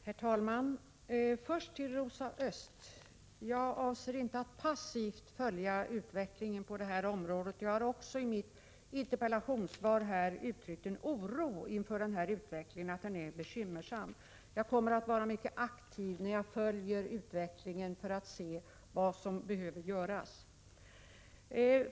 Herr talman! Först till Rosa Östh: Jag avser inte att passivt följa utvecklingen på det här området. Jag har i mitt interpellationssvar också uttryckt en oro inför att denna utveckling är bekymmersam. Jag kommer att vara mycket aktiv när jag följer utvecklingen för att se vad som behöver göras.